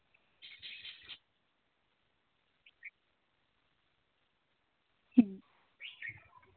ᱦᱩᱸ